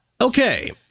Okay